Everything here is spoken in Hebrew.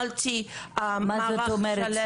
אני ניהלתי מאבק שלם.